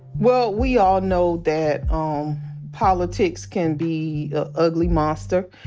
well, we all know that um politics can be an ugly monster.